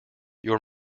your